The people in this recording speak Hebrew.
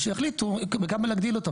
ושיחליטו בכמה להגדיל אותה,